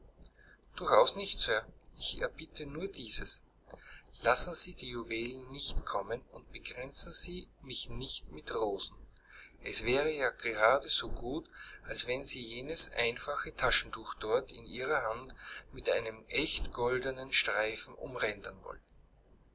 durchaus nicht sir ich erbitte nur dieses lassen sie die juwelen nicht kommen und bekränzen sie mich nicht mit rosen es wäre ja gerade so gut als wenn sie jenes einfache taschentuch dort in ihrer hand mit einem echt goldenen streifen umrändern wollten